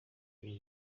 bw’u